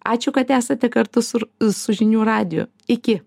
ačiū kad esate kartu su su žinių radiju iki